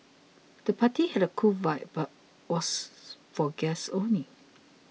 the party had a cool vibe but was for guests only